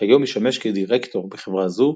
כיום משמש כדירקטור בחברה זו,